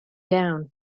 down